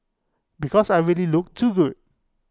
because I already look too good